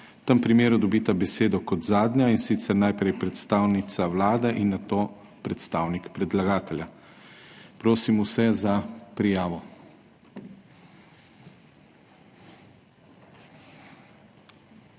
V tem primeru dobita besedo kot zadnja, in sicer najprej predstavnica Vlade in nato predstavnik predlagatelja. Prosim vse za prijavo.